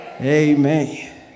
Amen